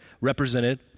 represented